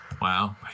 Wow